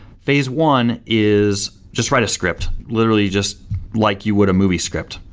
phase one is just write a script, literally just like you would a movie script.